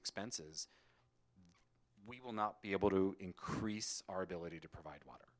expenses we will not be able to increase our ability to provide